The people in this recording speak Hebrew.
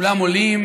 כולם עולים,